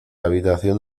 habitación